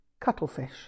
cuttlefish